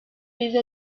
les